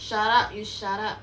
shut up you shut up